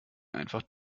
einfach